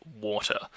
water